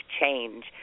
change